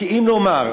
כי אם נאמר,